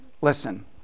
Listen